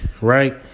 right